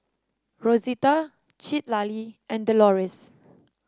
Rosita Citlalli and Deloris